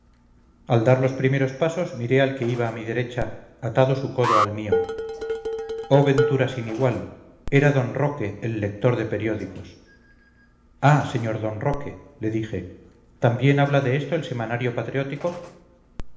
al dar los primeros pasos miré al que iba a mi derecha atado su codo al mío oh ventura sin igual era d roque el lector de periódicos ah sr d roque le dije también habla de esto el semanario patriótico